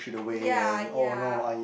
ya ya